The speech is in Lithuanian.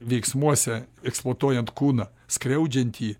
veiksmuose eksploatuojant kūną skriaudžiant jį